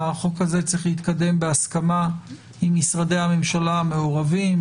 שהחוק הזה צריך להתקדם בהסכמה עם משרדי הממשלה המעורבים,